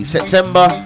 September